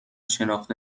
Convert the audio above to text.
شناخته